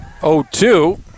0-2